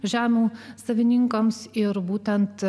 žemių savininkams ir būtent